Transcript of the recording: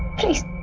please